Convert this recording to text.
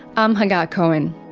i'm hagar cohen.